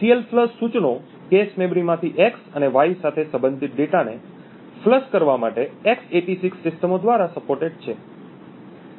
CLFLUSH સૂચનો cache મેમરીમાંથી x અને y સાથે સંબંધિત ડેટાને ફ્લશ કરવા માટે એક્સ86 સિસ્ટમો દ્વારા સપોર્ટેડ છે